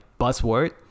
buzzword